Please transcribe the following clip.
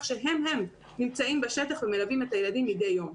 שהם הם נמצאים בשטח ומלווים את הילדים מדי יום.